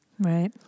Right